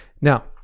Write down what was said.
Now